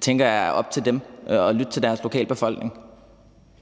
tænker jeg, at det må være op til dem at lytte til deres lokalbefolkning.